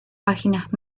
páginas